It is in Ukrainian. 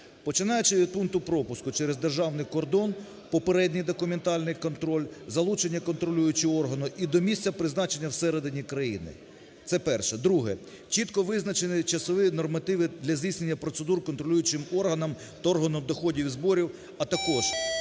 Починаючи від пункту пропуску через державний кордон попередній документальний контроль, залучення контролюючого органу і до місця призначення всередині країни. Це перше. Друге. Чітко визначені часові нормативи для здійснення процедур контролюючим органом та органом доходів і зборів, а також,